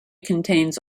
contains